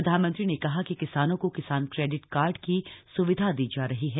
प्रधानमंत्री ने कहा कि किसानों को किसान क्रेटिड कार्ड की स्विधा दी जा रही है